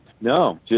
no